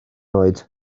oed